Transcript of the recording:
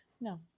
No